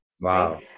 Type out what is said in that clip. Wow